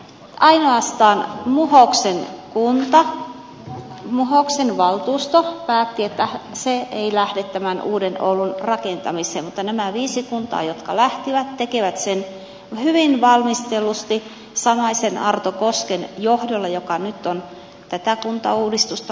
ainoastaan muhoksen kunta muhoksen valtuusto päätti että se ei lähde tämän uuden oulun rakentamiseen mutta nämä viisi kuntaa jotka lähtivät tekevät sen hyvin valmistellusti samaisen arto kosken johdolla joka nyt on tätä kuntauudistusta myöskin auttamassa